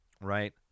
right